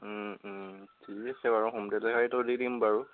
ঠিক আছে বাৰু হ'ম ডেলিভাৰীটো দি দিম বাৰু